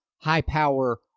high-power